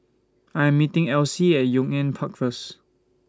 I'm meeting Esley At Yong An Park First